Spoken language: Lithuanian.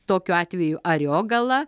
tokiu atveju ariogala